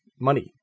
money